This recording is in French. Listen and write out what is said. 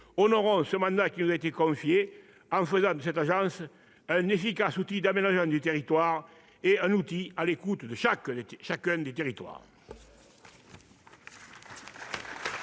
Honorons ce mandat qui nous a été confié en faisant de cette agence un outil efficace d'aménagement du territoire et un instrument à l'écoute de chaque territoire